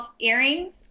earrings